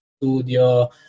Studio